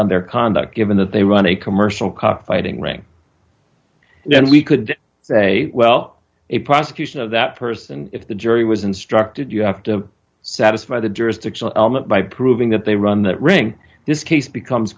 on their conduct given that they run a commercial cockfighting ring and then we could say well a prosecution of that person if the jury was instructed you have to satisfy the jurisdictional element by proving that they run that ring this case becomes